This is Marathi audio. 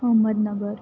अहमदनगर